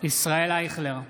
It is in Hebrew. ישראל אייכלר,